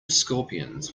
scorpions